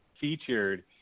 featured